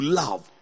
love